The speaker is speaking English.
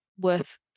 worth